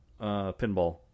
pinball